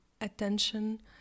attention